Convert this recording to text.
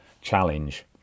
challenge